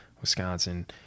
Wisconsin